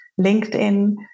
LinkedIn